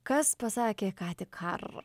kas pasakė ką tik kar